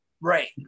Right